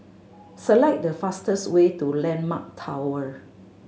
select the fastest way to Landmark Tower